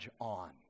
on